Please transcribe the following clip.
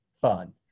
fun